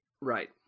Right